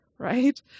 right